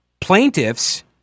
plaintiffs